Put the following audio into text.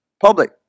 Public